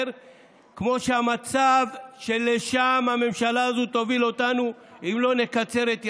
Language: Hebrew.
כמו המצב שלשם הממשלה הזאת תוביל אותנו אם לא נקצר את ימיה.